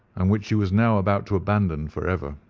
and which he was now about to abandon for ever.